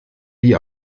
die